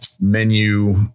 menu